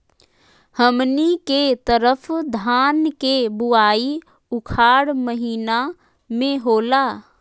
हमनी के तरफ धान के बुवाई उखाड़ महीना में होला